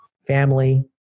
family